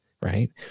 Right